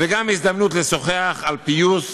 וגם הזדמנות לשוחח על פיוס,